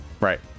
Right